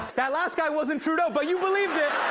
that last guy wasn't trudeau, but you believed it!